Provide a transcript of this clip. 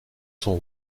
sont